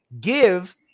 Give